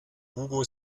hugo